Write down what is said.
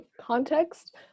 Context